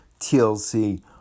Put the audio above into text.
TLC